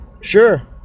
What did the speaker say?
Sure